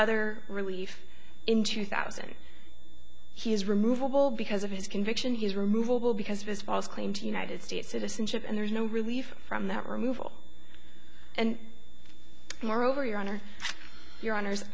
other relief in two thousand he is removable because of his conviction his removal because of his false claim to united states citizenship and there's no relief from that removal and moreover your honor your honors